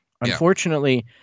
Unfortunately